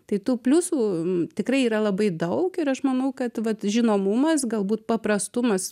tai tų pliusų tikrai yra labai daug ir aš manau kad vat žinomumas galbūt paprastumas